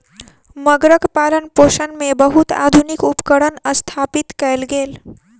मगरक पालनपोषण मे बहुत आधुनिक उपकरण स्थापित कयल गेल